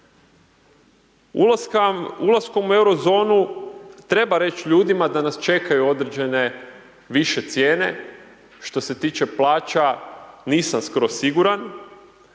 Ulaskom u Euro zonu, treba reći ljudima da nas čekaju određene više cijene, što se tiče plaća, nisam skroz siguran,